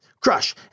Crush